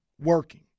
working